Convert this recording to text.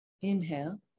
Inhale